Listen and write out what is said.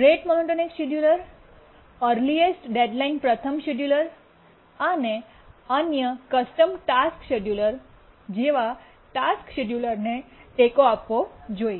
rate monotonic scheduler earliest deadline પ્રથમ scheduler અને અન્ય કસ્ટમ ટાસ્ક શેડ્યુલર જેવા ટાસ્ક શેડ્યુલરને ટેકો આપવો જોઈએ